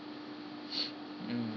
mm